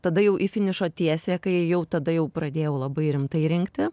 tada jau į finišo tiesiąją kai jau tada jau pradėjau labai rimtai rinkti